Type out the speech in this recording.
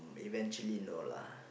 eventually no lah